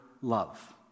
love